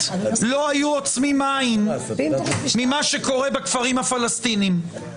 לא היו עוצמים לשמע מה שקורה בכפרים הפלסטינים.